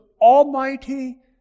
almighty